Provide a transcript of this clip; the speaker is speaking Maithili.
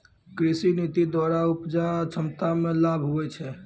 कृषि नीति द्वरा उपजा क्षमता मे लाभ हुवै छै